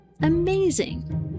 Amazing